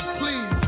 please